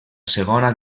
segona